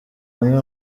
amwe